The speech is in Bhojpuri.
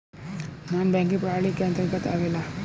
नानॅ बैकिंग प्रणाली के अंतर्गत आवेला